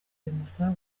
bimusaba